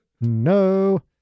No